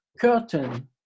curtain